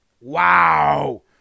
Wow